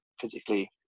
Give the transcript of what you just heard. physically